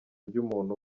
by’umuntu